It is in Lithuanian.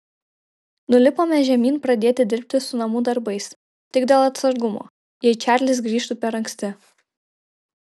nulipome žemyn pradėti dirbti su namų darbais tik dėl atsargumo jei čarlis grįžtų per anksti